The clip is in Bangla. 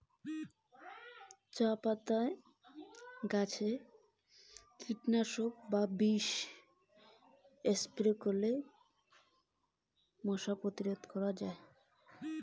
চাপাতায় মশা প্রতিরোধের উপায় কি?